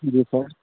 जी sir